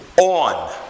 on